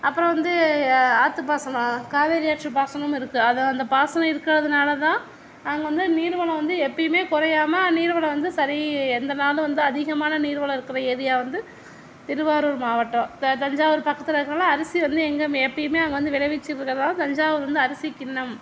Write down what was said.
அப்புறம் வந்து ஆற்று பாசனம் காவேரி ஆற்று பாசனமும் இருக்குது அது அந்த பாசனம் இருக்கிறதுனாலதான் அங்கே வந்து நீர் வளம் வந்து எப்பவுமே குறையாம நீர் வளம் வந்து சரி எந்த நாளும் வந்து அதிகமான நீர் வளம் இருக்கிற ஏரியா வந்து திருவாரூர் மாவட்டம் தஞ்சாவூர் பக்கத்தில் இருக்கிறதுனால அரிசி வந்து எங்குமே எப்பவுமே அங்கே வந்து விளைவிச்சு இருக்கிறதால தஞ்சாவூர் வந்து அரிசி கிண்ணம்